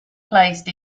placed